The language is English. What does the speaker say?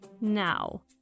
Now